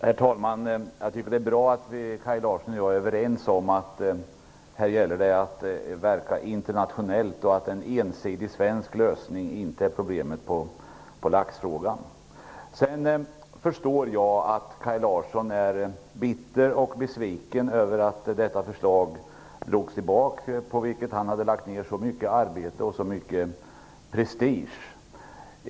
Herr talman! Jag tycker att det är bra att Kaj Larsson och jag är överens om att det gäller att verka internationellt. En ensidigt svensk lösning kan inte lösa laxproblemet. Jag förstår att Kaj Larsson är bitter och besviken över att detta förslag drogs tillbaka. Han har lagt ned mycket energi och satsat mycket prestige på det.